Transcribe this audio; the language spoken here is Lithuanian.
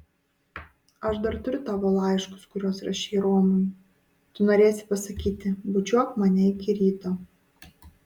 aš dar turiu tavo laiškus kuriuos rašei romui tu norėsi pasakyti bučiuok mane iki ryto